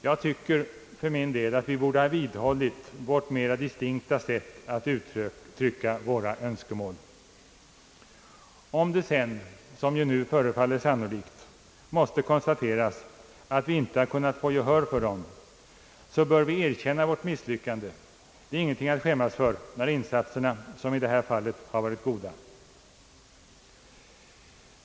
Jag tycker för min del att vi borde ha vidhållit vårt mera distinkta sätt att uttrycka våra önskemål. Om det sedan — som nu verkar sannolikt — måste konstateras att vi inte har kunnat få gehör för dem, så bör vi erkänna vårt misslyckande. Det är ingenting att skämmas Över, när insatserna, som i det här fallet, har varit goda.